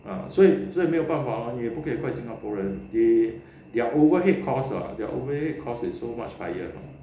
啊所以所以没有办法咯你也不可以怪新加坡人 they their overpaid costs ah their overpaid costs is so much higher you know